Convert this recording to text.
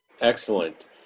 Excellent